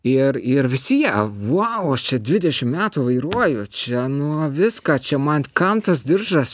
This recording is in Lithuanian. ir ir visi jie vau aš čia dvidešim metų vairuoju čia nuo viską čia man kam tas diržas